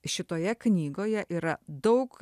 šitoje knygoje yra daug